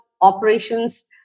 operations